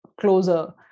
closer